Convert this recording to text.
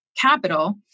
capital